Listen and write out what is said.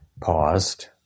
paused